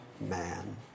man